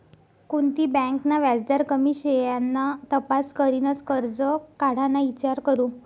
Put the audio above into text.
कोणती बँक ना व्याजदर कमी शे याना तपास करीनच करजं काढाना ईचार करो